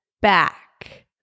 back